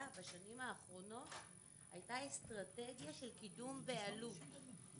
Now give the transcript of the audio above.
בשנים האחרונות הייתה אסטרטגיה של קידום בעלות,